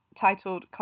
titled